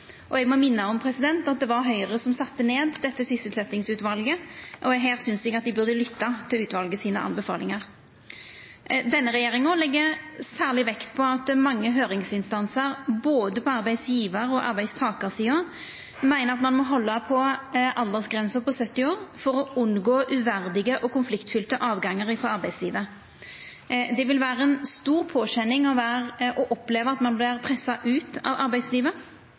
Eg må minna om at det var Høgre som sette ned dette sysselsetjingsutvalet, og her synest eg dei burde lytta til anbefalingane frå utvalet. Denne regjeringa legg særleg vekt på at mange høyringsinstansar på både arbeidsgjevar- og arbeidstakarsida meiner at ein må halda aldersgrensa på 70 år for å unngå uverdige og konfliktfylte avgangar frå arbeidslivet. Det vil vera ei stor påkjenning å oppleva at ein vert pressa ut av arbeidslivet